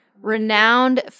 renowned